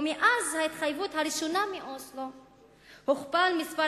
ומאז ההתחייבות הראשונה באוסלו גדל מספר